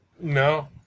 No